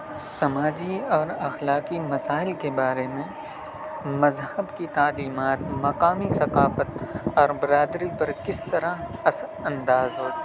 سماجی اور اخلاقی مسائل کے بارے میں مذہب کی تعلیمات مقامی ثقافت اور برادری پر کس طرح اثر انداز ہوتسماجی اور اخلاقی مسائل کے بارے میں مذہب کی تعلیمات مقامی ثقافت اور برادری پر کس طرح اثر انداز ہوتیی